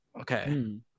Okay